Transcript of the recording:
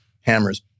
hammers